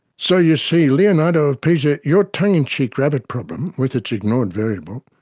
so, you see, leonardo of pisa, your tongue-in-cheek rabbit problem, with its ignored variable,